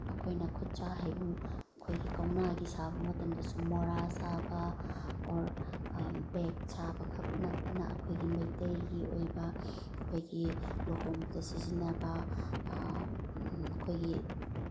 ꯑꯩꯈꯣꯏꯅ ꯈꯨꯠꯁꯥ ꯍꯩꯕ ꯑꯩꯈꯣꯏꯒꯤ ꯀꯧꯅꯥꯒꯤ ꯁꯥꯕ ꯃꯇꯝꯗꯁꯨ ꯃꯣꯔꯥ ꯁꯥꯕ ꯑꯣꯔ ꯕꯦꯒ ꯁꯥꯕꯈꯛ ꯅꯠꯇꯅ ꯑꯩꯈꯣꯏꯒꯤ ꯃꯩꯇꯩꯒꯤ ꯑꯣꯏꯕ ꯑꯩꯈꯣꯏꯒꯤ ꯂꯨꯍꯣꯡꯕꯗ ꯁꯤꯖꯤꯟꯅꯕ ꯑꯩꯈꯣꯏꯒꯤ